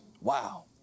Wow